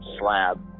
slab